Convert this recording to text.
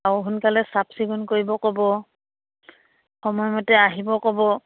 আৰু সোনকালে চাফ চিকুণ কৰিব ক'ব সময়মতে আহিব ক'ব